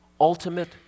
ultimate